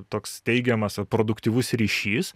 toks teigiamas produktyvus ryšys